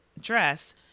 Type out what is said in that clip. dress